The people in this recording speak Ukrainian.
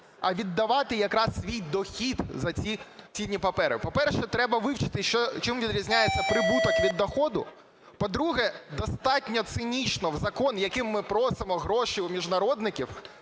а віддавати якраз свій дохід за ці цінні папери. По-перше, треба вивчити чим відрізняється прибуток від доходу. По-друге, достатньо цинічно в закон, яким ми просимо гроші у міжнародників,